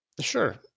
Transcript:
sure